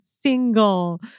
single